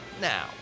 Now